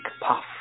puff